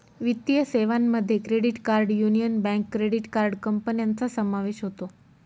वित्तीय सेवांमध्ये credit card Union Bank credit card कंपन्यांचा समावेश होतो